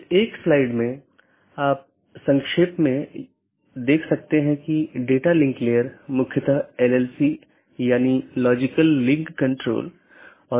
हम बताने की कोशिश कर रहे हैं कि राउटिंग प्रोटोकॉल की एक श्रेणी इंटीरियर गेटवे प्रोटोकॉल है